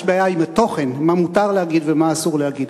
יש בעיה עם התוכן, מה מותר להגיד ומה אסור להגיד.